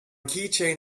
keychain